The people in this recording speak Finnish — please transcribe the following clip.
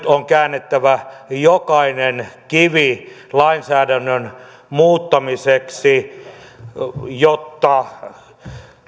on käännettävä jokainen kivi lainsäädännön muuttamiseksi jotta